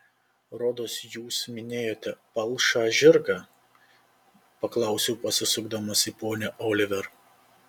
rodos jūs minėjote palšą žirgą paklausiau pasisukdamas į ponią oliver